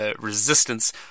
resistance